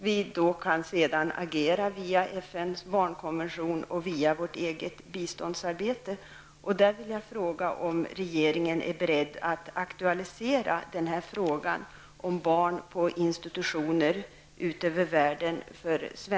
Sedan kan vi agera via FNs barnkonvention och via vårt eget biståndsarbete.